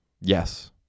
Yes